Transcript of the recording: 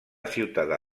ciutadà